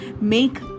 Make